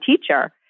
teacher